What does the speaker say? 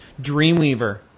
dreamweaver